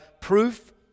proof